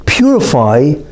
Purify